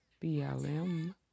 BLM